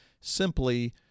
simply